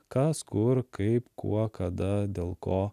kas kur kaip kuo kada dėl ko